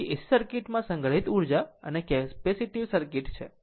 એટલે કે AC સર્કિટમાં સંગ્રહિત ઉર્જા અને કેપેસિટીવ સર્કિટ છે